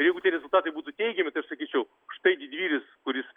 ir jeigu tie rezultatai būdu teigiami sakyčiau štai didvyris kuris